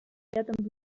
этом